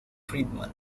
friedman